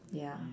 ya